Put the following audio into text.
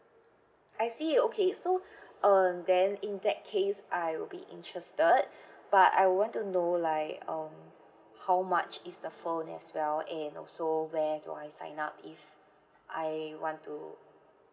I see okay so um then in that case I will be interested but I want to know like um how much is the phone as well and also where do I sign up if I want to